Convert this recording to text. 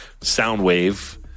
Soundwave